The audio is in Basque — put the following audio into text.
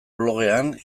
blogean